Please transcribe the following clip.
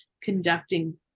conducting